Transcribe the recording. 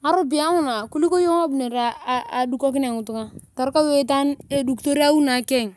Ngaropiyae nguna kuliko iyong adukokinia ngutunga torukou iyong itaan edukitor awi nakeng.